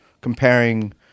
comparing